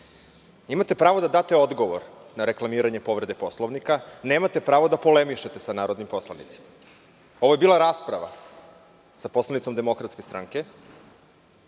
imate pravo da date odgovor na reklamiranje povrede Poslovnika, a nemate pravo da polemišete sa narodnim poslanicima. Ovo je bila rasprava sa poslanicom DS u kojoj ste se,